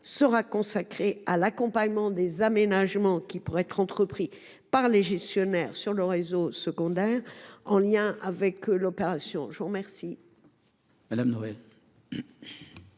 sera consacrée à l’accompagnement des aménagements qui pourraient être entrepris par les gestionnaires sur le réseau secondaire, en lien avec l’opération. La parole